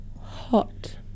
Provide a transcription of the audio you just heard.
Hot